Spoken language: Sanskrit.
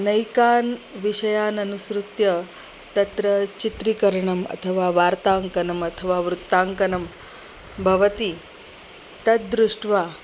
नैकान् विषयान् अनुसृत्य तत्र चित्रीकरणम् अथवा वार्ताङ्कनम् अथवा वृत्ताङ्कनं भवति तद्दृष्ट्वा